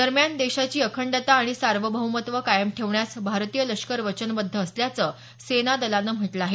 दरम्यान देशाची अखंडता आणि सार्वभौमत्व कायम ठेवण्यास भारतीय लष्कर वचनबद्ध असल्याचं सेना दलानं म्हटलं आहे